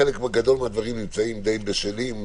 חלק גדול מהדברים די בשלים,